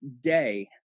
day